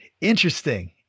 interesting